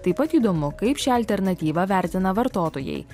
taip pat įdomu kaip šią alternatyvą vertina vartotojai